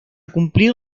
cumplir